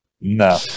No